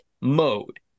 mode